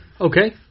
Okay